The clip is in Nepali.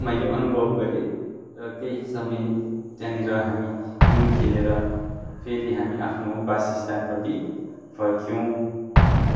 मैले अनुभव गरेँ र केही समय त्यहाँनिर हामी हिउँ खेलेर फेरि हामी आफ्नो बासस्थानपट्टि फर्कियौँ